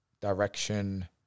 direction